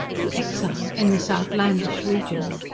to exile in this outlandish region.